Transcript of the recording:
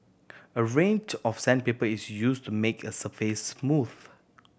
a range of sandpaper is use to make a surface smooth